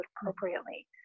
appropriately